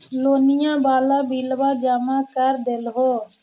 लोनिया वाला बिलवा जामा कर देलहो?